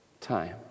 time